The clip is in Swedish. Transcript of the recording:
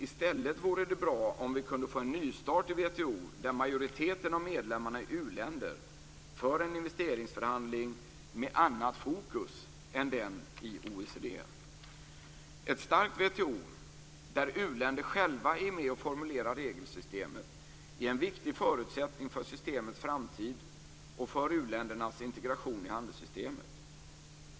I stället vore det bra om vi kunde få en nystart i WTO, där majoriteten av medlemmarna är u-länder för en investeringsförhandling med annat fokus än den i OECD. Ett starkt WTO, där u-länder själva är med och formulerar regelsystemet är en viktig förutsättning för systemets framtid och för u-ländernas integration i handelssystemet.